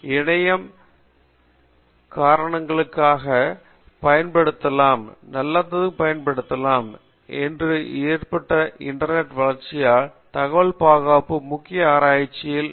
இணையம் தீங்கிழைக்கும் காரணங்களுக்காகவும் பயன்படுத்தப்படலாம் என்பதால் இன்று ஏற்பட்டுள்ள இன்டர்நெட் வளர்ச்சியால் தகவல் பாதுகாப்பு முக்கிய ஆராய்ச்சிகளில் ஒன்று என வளர்ந்து வருகிறது